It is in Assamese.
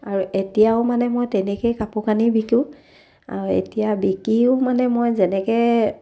আৰু এতিয়াও মানে মই তেনেকেই কাপোৰ কানি বিকো আৰু এতিয়া বিকিও মানে মই যেনেকৈ